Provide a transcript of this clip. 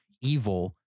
evil